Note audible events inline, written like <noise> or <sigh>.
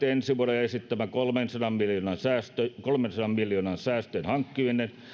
<unintelligible> ensi vuodelle esittämä kolmensadan miljoonan säästöjen hankkiminen